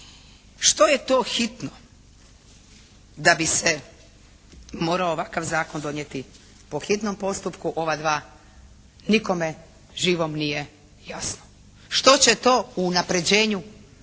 Što je to hitno da bi se morao ovakav zakon donijeti po hitnom postupku, ova dva? Nikome živome nije jasno. Što će to u unapređenju